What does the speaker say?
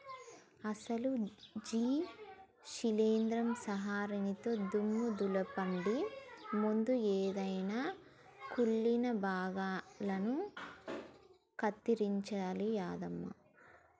అసలు గీ శీలింద్రం సంహరినితో దుమ్ము దులపండి ముందు ఎదైన కుళ్ళిన భాగాలను కత్తిరించాలి యాదమ్మ